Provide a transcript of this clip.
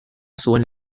zuen